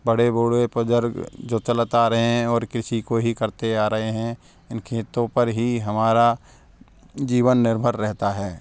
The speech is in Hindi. बढ़े बूढ़े बुजर्ग जो चलते आ रहे हैं और कृषि को ही करते आ रहें हैं इन खेतों पर ही हमारा जीवन निर्भर रहता है